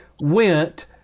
went